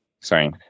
sorry